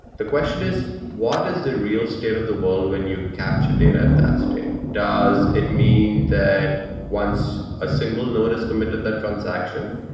the question is, what is the real state of the world when you capture data at that state? does it mean that once a single node has committed that transaction,